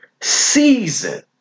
season